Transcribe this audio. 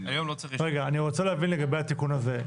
רגע, אני רוצה להבין לגבי התיקון הזה.